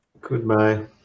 Goodbye